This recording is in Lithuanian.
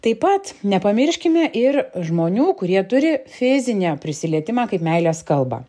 taip pat nepamirškime ir žmonių kurie turi fizinį prisilietimą kaip meilės kalbą